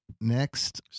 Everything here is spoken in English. next